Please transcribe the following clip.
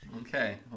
Okay